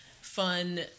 fun